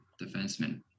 defenseman